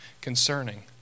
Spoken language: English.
concerning